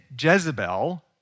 Jezebel